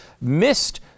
missed